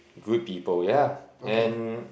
in good people yeah and